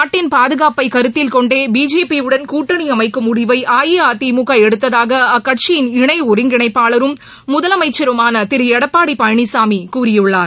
நாட்டின் பாதுகாப்பை கருத்தில் கொண்டே பிஜேபியுடன் கூட்டணி அமைக்கும் முடிவை அஇஅதிமுக எடுத்ததாக அக்கட்சியின் இணை ஒருங்கிணைப்பாளரும் முதலமைச்சுமான திரு எடப்பாடி பழனிசாமி கூறியுள்ளார்